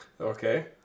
okay